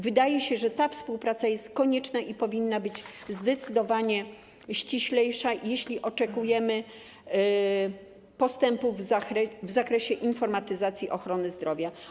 Wydaje się, że ta współpraca jest konieczna i powinna być zdecydowanie ściślejsza, jeśli oczekujemy postępów w zakresie informatyzacji ochrony zdrowia.